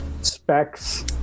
specs